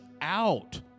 out